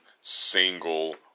single